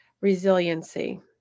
resiliency